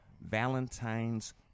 Valentine's